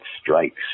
strikes